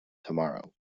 tomorrow